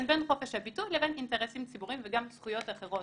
בין חופש הביטוי לבין אינטרסים ציבוריים וגם זכויות אחרות,